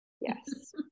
yes